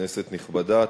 כנסת נכבדה,